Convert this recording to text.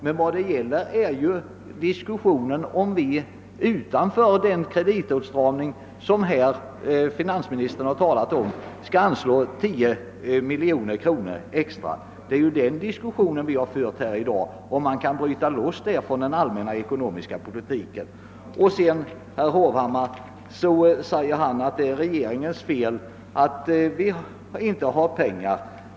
Men vad diskussionen gäller är cm vi trots den kreditåtstramning, som finansministern talat om, skall anslå 10 miljoner kronor för det aktuella ändamålet, d.v.s. om vi kan bryta ut denna åtgärd från de ekonomisk-politiska åtgärderna i övrigt. Vidare sade herr Hovhammar att det är regeringens fel att vi inte har pengar.